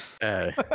Hey